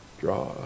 draw